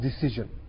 decision